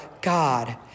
God